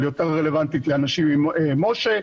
אבל יותר רלוונטית לאנשים עם מש"ה,